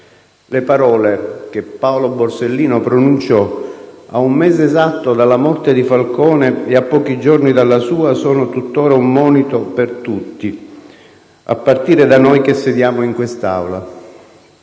Le parole che Paolo Borsellino pronunciò ad un mese esatto dalla morte di Falcone e a pochi giorni dalla sua sono tuttora un monito per tutti, a partire da noi che sediamo in quest'Aula.